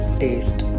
taste